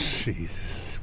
Jesus